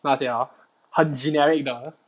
那些啊很 generic